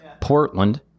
Portland